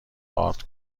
آرد